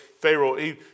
Pharaoh